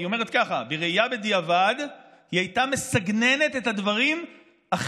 היא אומרת ככה: בראייה בדיעבד היא הייתה מסגננת את הדברים אחרת.